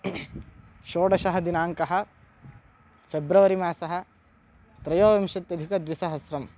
षोडशः दिनाङ्कः फ़ेब्रवरि मासः त्रयोविंशत्यधिकद्विसहस्रम्